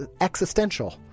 existential